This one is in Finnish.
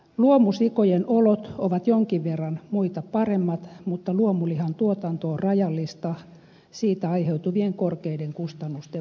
luomusikojen olot ovat jonkin verran muita paremmat mutta luomulihan tuotanto on rajallista siitä aiheutuvien korkeiden kustannusten vuoksi